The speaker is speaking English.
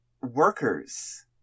Workers